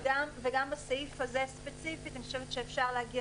וגם בסעיף הזה ספציפית אני חושבת שאפשר להגיע